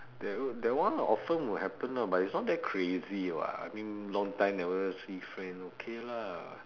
that o~ that one often would happen lah but it's not that crazy [what] I mean long time never see friend okay lah